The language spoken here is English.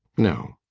no.